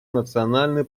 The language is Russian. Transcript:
национальные